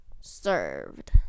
served